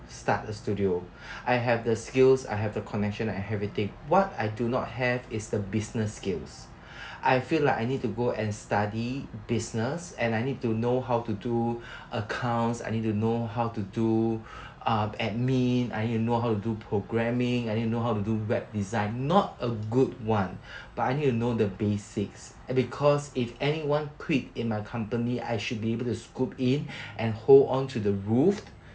start a studio I have the skills I have the connection I have everything what I do not have is the business skills I feel like I need to go and study business and I need to know how to do accounts I need to know how to do uh admin I need to know how to do programming I need to know how to do web design not a good one but I need to know the basics and because if anyone quit in my company I should be able to scoop in and hold on to the roof